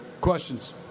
Questions